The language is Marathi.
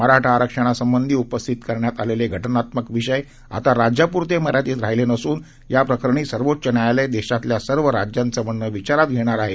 मराठा आरक्षणासंबंधी उपस्थित करण्यात आलेले घटनात्मक विषय आता केवळ राज्यापुरते मर्यादित राहिलेले नसून या प्रकरणी सर्वोच्च न्यायालय देशातल्या सर्व राज्यांचं म्हणणं विचारात घेणार आहे